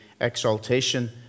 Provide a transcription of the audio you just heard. exaltation